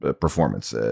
performance